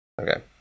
Okay